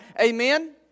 Amen